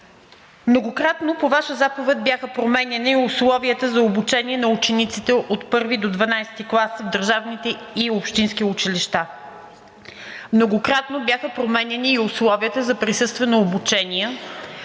многократно по Ваша заповед бяха променяни условията за обучение на учениците от I до XII клас в държавните и общинските училища. Многократно бяха променяни и условията за присъствено обучение,